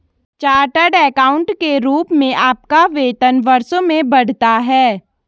chartered accountant के रूप में आपका वेतन वर्षों में बढ़ता है